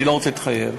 אני לא רוצה להתחייב.